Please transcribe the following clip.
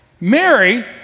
Mary